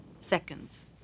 seconds